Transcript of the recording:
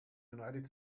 united